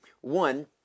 one